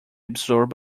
absorbed